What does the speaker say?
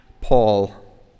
Paul